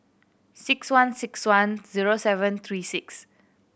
six one six one zero seven three six